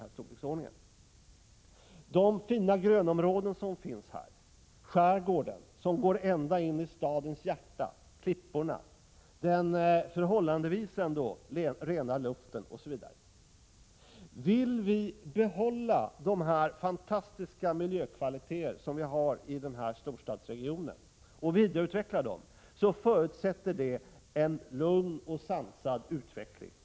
Jag syftar på de fina grönområden som finns här, skärgården som går ända in i stadens hjärta, klipporna, den förhållandevis rena luften osv. Vill vi behålla de fantastiska miljökvaliteter som vi har i denna storstadsregion och vidareutveckla den, så förutsätter det en lugn och sansad utveckling.